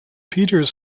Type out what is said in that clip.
peters